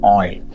oil